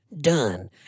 Done